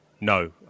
no